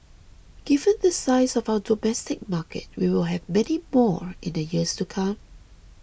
given the size of our domestic market we will have many more in the years to come